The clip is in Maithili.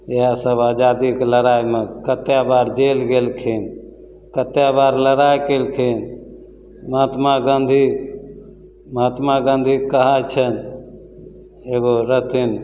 इएहसब आजादीके लड़ाइमे कतेक बेर जेल गेलखिन कतेक बेर लड़ाइ कएलखिन महात्मा गाँधी महात्मा गाँधी कहाँ छनि एगो रहथिन